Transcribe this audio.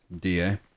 DA